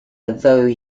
though